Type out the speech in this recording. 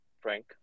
Frank